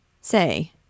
Say